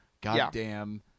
goddamn